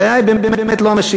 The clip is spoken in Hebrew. הבעיה היא באמת לא המשילות.